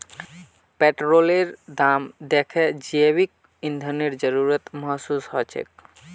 पेट्रोलेर दाम दखे जैविक ईंधनेर जरूरत महसूस ह छेक